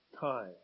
time